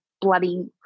bloody